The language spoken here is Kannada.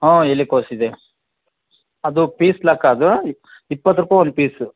ಹ್ಞೂ ಎಲೆಕೋಸ್ ಇದೆ ಅದು ಪೀಸ್ ಲೆಕ್ಕ ಅದು ಇಪ್ ಇಪ್ಪತ್ತು ರೂಪಾಯಿ ಒಂದು ಪೀಸು